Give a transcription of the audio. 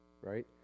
right